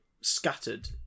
scattered